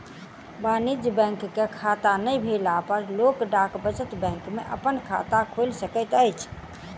वाणिज्य बैंक के खाता नै भेला पर लोक डाक बचत बैंक में अपन खाता खोइल सकैत अछि